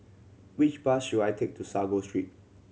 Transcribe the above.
which bus should I take to Sago Street